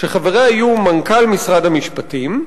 שחבריה יהיו מנכ"ל משרד המשפטים,